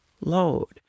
load